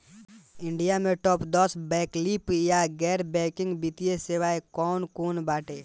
India में top दस वैकल्पिक या गैर बैंकिंग वित्तीय सेवाएं कौन कोन बाटे?